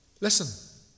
Listen